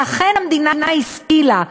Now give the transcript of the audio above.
ואכן המדינה השכילה,